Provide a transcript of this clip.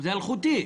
זה אלחוטי.